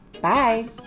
Bye